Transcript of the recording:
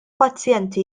pazjenti